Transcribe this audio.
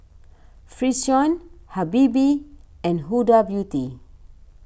Frixion Habibie and Huda Beauty